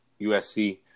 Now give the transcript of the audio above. USC